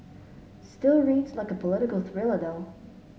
still reads like a political thriller though